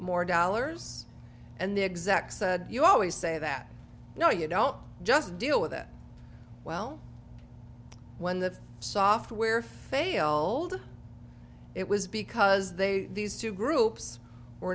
more dollars and the exec said you always say that no you don't just deal with it well when the software failed it was because they these two groups were